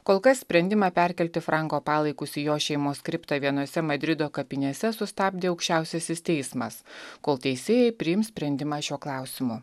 kol kas sprendimą perkelti franko palaikus į jo šeimos kriptą vienose madrido kapinėse sustabdė aukščiausiasis teismas kol teisėjai priims sprendimą šiuo klausimu